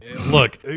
look